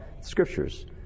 scriptures